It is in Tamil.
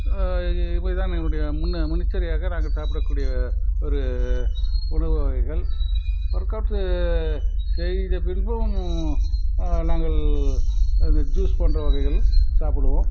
இதான் எங்களுடைய முன் முன்னெச்சரிக்கையாக நாங்கள் சாப்பிடக்கூடிய ஒரு உணவு வகைகள் ஒர்க்கவுட்டு செய்தபின்பும் நாங்கள் ஜூஸ் போன்ற வகைகள் சாப்பிடுவோம்